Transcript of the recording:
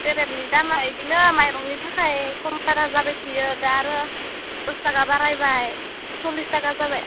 सेरेबनि दामा इदिनो माइरंनि थाखाय खम बारा जाबाय थायो दा आरो दस थाखा बारायबाय सल्लिस थाखा जाबाय